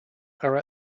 are